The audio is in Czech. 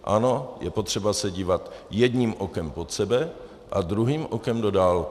Ano, je potřeba se dívat jedním okem pod sebe a druhým okem do dálky.